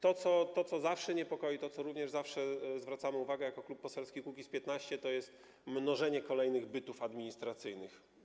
To, co zawsze niepokoi, na co również zawsze zwracamy uwagę jako Klub Poselski Kukiz’15, to jest mnożenie kolejnych bytów administracyjnych.